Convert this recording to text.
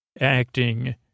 acting